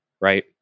right